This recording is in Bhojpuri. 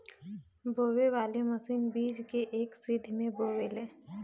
बोवे वाली मशीन बीज के एक सीध में बोवेले